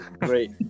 Great